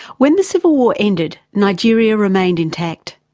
when the civil war ended, nigeria remained intact.